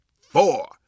four